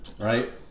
Right